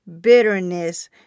bitterness